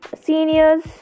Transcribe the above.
seniors